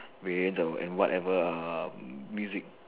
weirdo and whatever are music